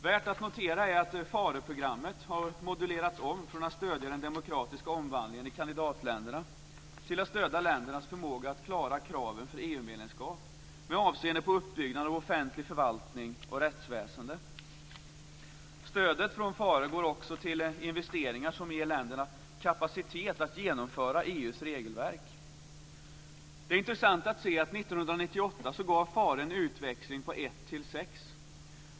Värt att notera är att Phareprogrammet har modulerats om från att stödja den demokratiska omvandlingen i kandidatländerna till att stödja ländernas förmåga att klara kraven för EU-medlemskap med avseende på uppbyggnad av offentlig förvaltning och rättsväsende. Stödet från Phare går också till investeringar som ger länderna kapacitet att genomföra EU:s regelverk. Det är intressant att se att Phare 1998 gav en utväxling på ett till sex.